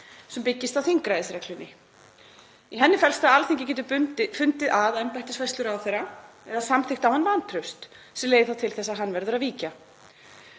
sem byggist á þingræðisreglunni. Í henni felst að Alþingi getur fundið að embættisfærslu ráðherra eða samþykkt á hann vantraust sem leiðir þá til þess að hann verður að víkja.